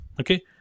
Okay